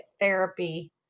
Therapy